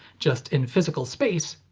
just, in physical space.